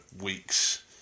weeks